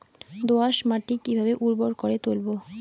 দোয়াস মাটি কিভাবে উর্বর করে তুলবো?